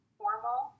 formal